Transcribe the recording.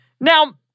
Now